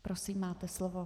Prosím, máte slovo.